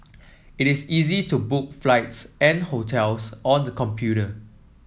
it is easy to book flights and hotels on the computer